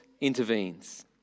intervenes